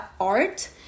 art